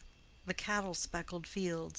the cattle-specked fields,